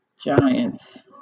giants